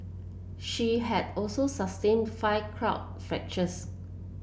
she had also sustained five crowd fractures